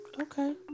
Okay